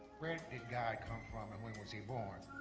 where did god come from and when was he born?